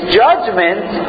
judgment